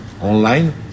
online